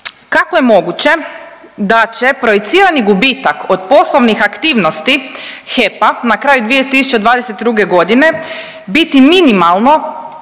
kako je moguće da će projicirani gubitak od poslovnih aktivnosti HEP-a na kraju 2022.g. biti minimalno upravo